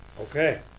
Okay